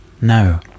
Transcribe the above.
no